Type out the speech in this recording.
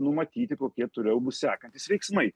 numatyti kokie toliau bus sekantys veiksmai